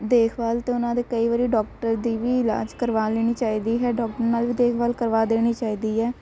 ਦੇਖਭਾਲ ਅਤੇ ਉਹਨਾਂ ਦੇ ਕਈ ਵਾਰੀ ਡੋਕਟਰ ਦੀ ਵੀ ਇਲਾਜ ਕਰਵਾ ਲੈਣੀ ਚਾਹੀਦੀ ਹੈ ਡੋਕਟਰ ਨਾਲ ਵੀ ਦੇਖਭਾਲ ਕਰਵਾ ਦੇਣੀ ਚਾਹੀਦੀ ਹੈ